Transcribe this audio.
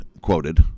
quoted